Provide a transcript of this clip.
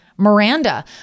Miranda